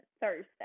Thursday